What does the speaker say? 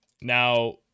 Now